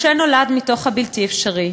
משה נולד מתוך הבלתי-אפשרי,